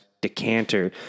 decanter